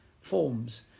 forms